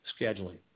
scheduling